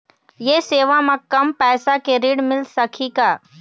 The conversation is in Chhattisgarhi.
ये सेवा म कम पैसा के ऋण मिल सकही का?